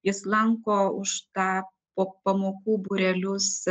jis lanko už tą po pamokų būrelius